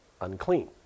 unclean